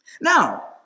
Now